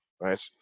right